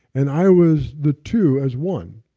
and i was the two as one.